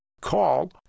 Call